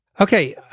Okay